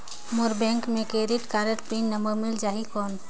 मोर bank मे credit card pin number मिल जाहि कौन?